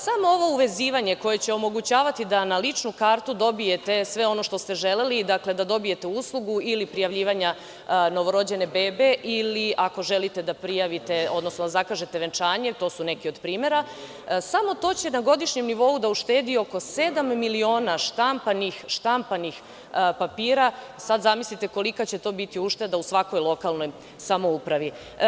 Samo ovo uvezivanje, koje će omogućavati da na ličnu kartu dobijete sve ono što ste želeli, dakle, da dobijete uslugu ili prijavljivanja novorođene bebe, ili ako želite da prijavite, odnosno zakažete venčanje, to su neki od primera, samo to će na godišnjem nivou da uštedi oko 7.000.000 štampanih papira, sad zamislite kolika će to biti ušteda u svakoj lokalnoj samoupravi.